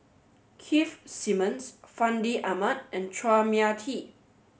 Keith Simmons Fandi Ahmad and Chua Mia Tee